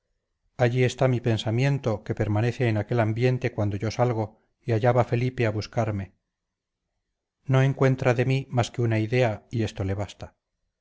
allí está mi pensamiento que permanece en aquel ambiente cuando yo salgo y allá va felipe a buscarme no encuentra de mí más que una idea y esto le basta